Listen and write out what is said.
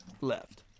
left